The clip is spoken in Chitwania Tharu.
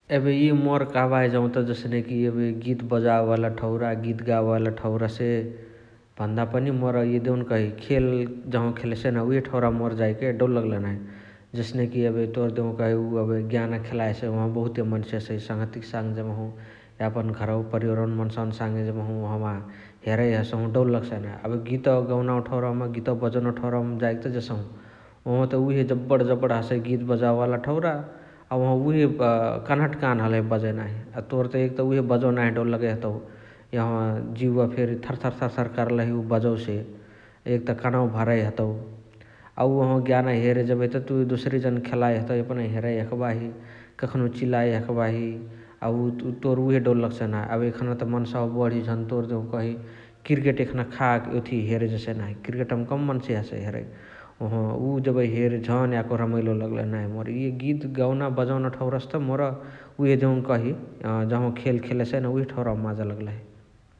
एबे इअ मोर कहाँबाही जौत जसनेकी एबे गीत बजावे वाला ठौरा गीत गावे वाला ठौरासे भन्दा पनि मोर इअ देउनकही खेल इअ जहाँवा खेलेसइ न उहे ठौरावमा मोर जाएके डौल लगलही नाही । जसनेकी एबे तोर देउकही उअ ज्ञान खेलाए हसइ बहुते मन्से हसइ । सङहतियक साङे जेबहु यापन घरवक परिवरवनी मन्सावक साङे जेबहु ओहवा हेरइ हसहु डौल लगसाइ नाही । एबे गीत बजोनवा ठौरावम जाएके त जेसहु । ओहवता उहे जबण जबण हसइ गीत बजावे वाला ठौरा अ वोहावा उहे कनहत कान हलही बजइ नाही । अ तोर त के उहे बजवा नाही डौल लगइ हतउ, यहाँवा जिउवा फेरी थरथर करलही उ बजवसे । एक त कनवा भरइ हतउ । अ ओहवा ज्ञान हेरे जेबही त तुइ दोसरे जनके खेलाई हतउ एपना हेरइ हखबाही । कखानहु चिलाए हखबाही । अ उअ तोर उहे डौल लगसाइ ना । एबे एखना त मन्सावा बण्ही झन तोर देउकही कृकेट एखाने खा ओथिया हेरे जेसइ नाही । कृकेटावमा कम मन्से हसइ हेरइ । ओहवा उ देबही हेरे झन याको रमैलो लगलही नाही । मोर इअ गीत गवना बजोना ठौरासे त मोर उहे देउनकही जहाँवा खेल खेलेसइ न उहे ठौराव मा माजा लगलही ।